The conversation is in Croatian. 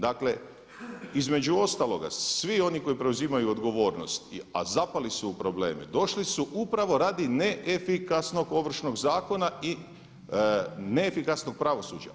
Dakle, između ostaloga svi oni koji preuzimaju odgovornost, a zapali su u probleme, došli su upravo radi neefikasnog Ovršnog zakona i neefikasnog pravosuđa.